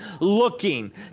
looking